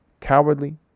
cowardly